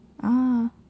ah